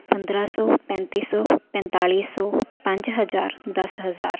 ਪੰਦਰ੍ਹਾਂ ਸੌ ਪੈਂਤੀ ਸੌ ਪੰਨਤਾਲੀ ਸੌ ਪੰਜ ਹਜ਼ਾਰ ਦਸ ਹਜ਼ਾਰ